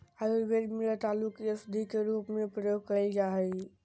आयुर्वेद में रतालू के औषधी के रूप में प्रयोग कइल जा हइ